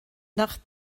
nach